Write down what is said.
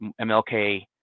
MLK